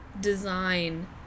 design